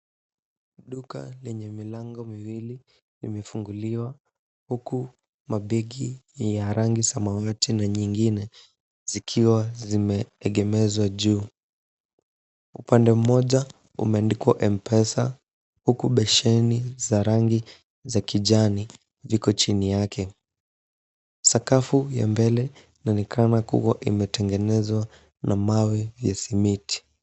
Duka lenye milango miwili limefunguliwa huku mabegi ya rangi samawati na nyingine zikiwa zimeegemezwa juu. Upande mmoja umeandikwa Mpesa huku besheni za rangi za kijani viko chini yake. Sakafu ya mbele inaonekana kuwa imetengenezwa na mawe ya simiti.